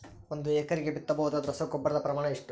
ಒಂದು ಎಕರೆಗೆ ಬಿತ್ತಬಹುದಾದ ರಸಗೊಬ್ಬರದ ಪ್ರಮಾಣ ಎಷ್ಟು?